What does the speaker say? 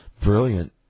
brilliant